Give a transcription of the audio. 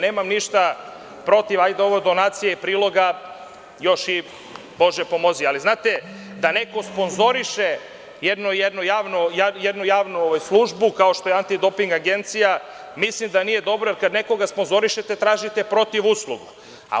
Nemam ništa protiv, ovo donacije i prolozi još i nekako, ali da nekosponzoriše jednu javnu službu kao što je antidoping agencija, mislim da nije dobro, jer kada nekoga sponzorišete, tražite protiv uslugu.